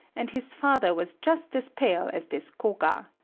and his father was just as pale as this koga.